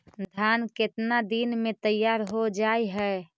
धान केतना दिन में तैयार हो जाय है?